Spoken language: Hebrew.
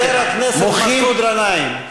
חבר הכנסת מסעוד גנאים,